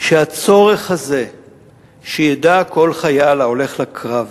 שהצורך הזה שידע כל חייל ההולך לקרב